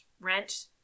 rent